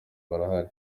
barahari